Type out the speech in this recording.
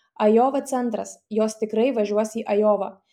ajova centras jos tikrai važiuos į ajovą